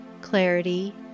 clarity